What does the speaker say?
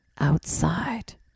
outside